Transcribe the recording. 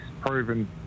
proven